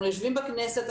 .אנחנו יושבים בכנסת,